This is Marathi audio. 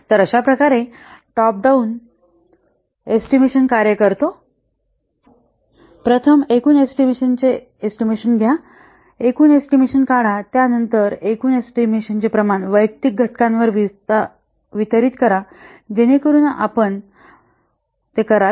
तर अशाप्रकारे टॉप डाउन एस्टिमेशन कार्य करतो प्रथम एकूण एस्टिमेशनाचे एस्टिमेशन घ्या प्रथम एकूण एस्टिमेशन काढा त्यानंतर एकूण एस्टिमेशनचे प्रमाण वैयक्तिक घटकांवर वितरित करा जेणेकरून आपण कराल